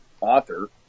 author